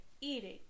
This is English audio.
eating